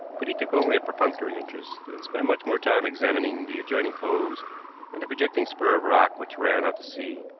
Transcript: but he took only a perfunctory interest, and spent much more time examining the adjoining coves and the projecting spur of rock which ran out to sea.